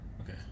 Okay